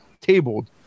tabled